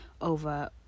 over